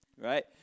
right